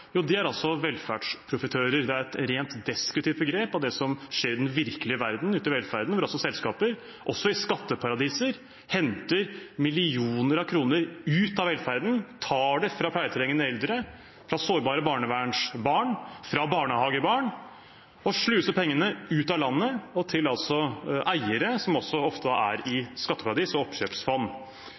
De er velferdsprofitører. Det er et rent deskriptivt begrep for det som skjer i den virkelige verden, ute i velferden, hvor selskaper, også i skatteparadiser, henter millioner av kroner ut av velferden – tar dem fra pleietrengende eldre, fra sårbare barnevernsbarn og fra barnehagebarn – og sluser dem ut av landet og til eiere, som også ofte er i skatteparadiser, og til oppkjøpsfond.